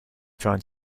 trying